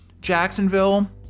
Jacksonville